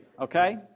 okay